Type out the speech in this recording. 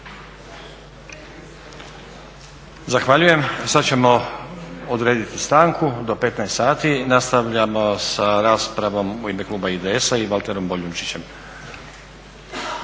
Zahvaljujem. Sad ćemo odrediti stanku do 15, 00 sati. Nastavljamo sa raspravom u ime kluba IDS-a i Valterom Boljunčićem.